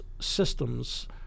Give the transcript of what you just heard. systems –